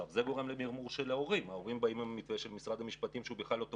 זה גורם למרמור של ההורים שרואים שהמתווה של משרד המשפטים בכלל לא תופס.